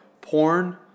porn